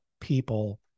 people